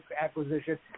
acquisition